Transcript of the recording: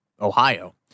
Ohio